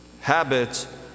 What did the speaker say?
habits